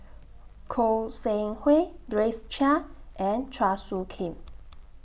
Goi Seng Hui Grace Chia and Chua Soo Khim